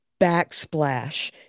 backsplash